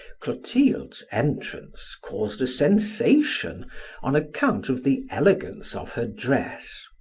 clotilde's entrance caused a sensation on account of the elegance of her dress.